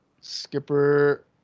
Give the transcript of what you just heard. Skipper